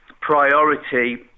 priority